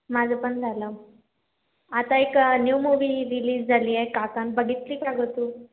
माझं पण झालं आता एक न्यू मूव्ही रिलीज झाली आहे काकण बघितली का गं तू